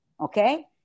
Okay